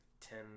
ten